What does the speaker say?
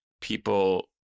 people